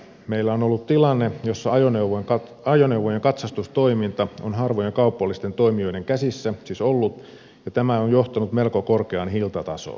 meillä on ollut tilanne jossa ajoneuvojen katsastustoiminta on ollut harvojen kaupallisten toimijoiden käsissä ja tämä on johtanut melko korkeaan hintatasoon